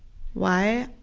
why?